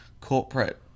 corporate